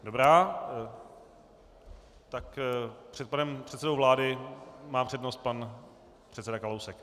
Dobrá, před panem předsedou vlády má přednost pan předseda Kalousek.